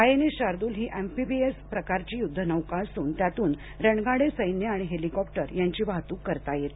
INS Shardul ही amphibious प्रकारची युद्धनौका असून त्यातून रणगाडे सैन्य आणि हेलिकॉप्टर यांची वाहतूक करता येते